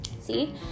See